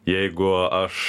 jeigu aš